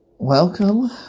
Welcome